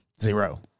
Zero